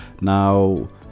Now